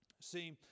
See